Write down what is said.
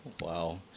Wow